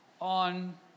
on